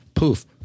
Poof